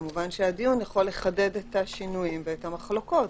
כמובן, הדיון יכול לחדד את השינויים ואת המחלוקות.